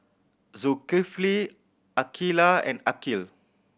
Zulkifli Aqeelah and Aqil